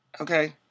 Okay